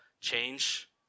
change